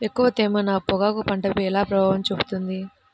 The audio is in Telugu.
ఎక్కువ తేమ నా పొగాకు పంటపై ఎలా ప్రభావం చూపుతుంది?